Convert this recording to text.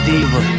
Diva